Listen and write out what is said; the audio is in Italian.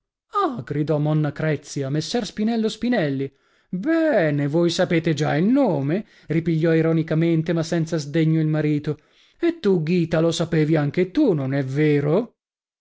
crezia messer spinello spinelli bene voi sapete già il nome ripigliò ironicamente ma senza sdegno il marito e tu ghita lo sapevi anche tu non è vero